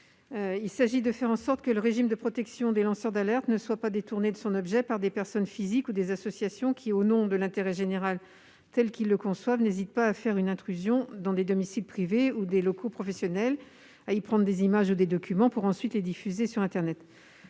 Il s'agit de faire en sorte que le régime de protection des lanceurs d'alerte ne soit pas détourné de son objet par des personnes physiques ou des associations qui, au nom de l'intérêt général tel qu'elles le conçoivent, n'hésitent pas à faire intrusion dans des domiciles privés ou des locaux professionnels pour y prendre des documents ou y capturer des images dans le but de les diffuser sur internet.